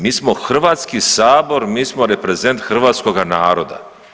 Mi smo Hrvatski sabor, mi smo reprezent hrvatskoga naroda.